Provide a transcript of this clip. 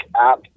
app